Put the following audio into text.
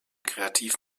kreativ